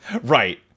Right